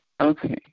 okay